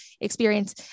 experience